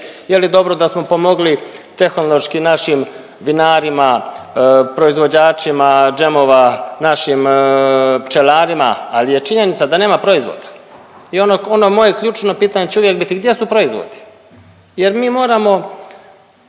Je li dobro da smo pomogli tehnološki našim vinarima, proizvođačima džemova, našim pčelarima, ali je činjenica da nema proizvoda. I ono moje ključno pitanje će uvijek biti gdje su proizvodi, jer mi moramo